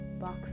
box